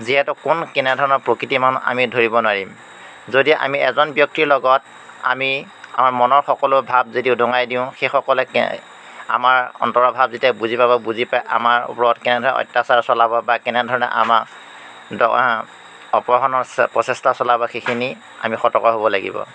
যিহেতু কোন কেনেধৰণৰ প্ৰকৃতিৰ মানুহ আমি ধৰিব নোৱাৰিম যদি আমি এজন ব্যক্তিৰ লগত আমি আমাৰ মনৰ সকলো ভাৱ যদি ওদঙাই দিওঁ সেইসকলে আমাৰ অন্তৰ ভাৱ যেতিয়া বুজি পাব বুজি পায় আমাৰ ওপৰত কেনেধৰণে অত্যাচাৰ চলাব বা কেনেধৰণে আমাৰ অপহৰণৰ প্ৰচেষ্টা চলাব সেইখিনি আমি সতৰ্ক হ'ব লাগিব